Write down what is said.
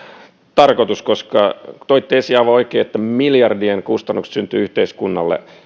tarkoitus koska kuten toitte aivan oikein esiin miljardien kustannukset syntyvät yhteiskunnalle